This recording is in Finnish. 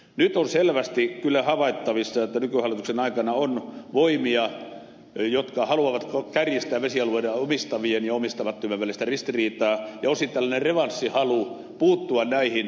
nyt on selvästi kyllä havaittavissa että nykyhallituksen aikana on voimia jotka haluavat kärjistää vesialueita omistavien ja omistamattomien välistä ristiriitaa ja on osittain tällainen revanssihalu puuttua näihin kalastusoikeuksiin